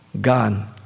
God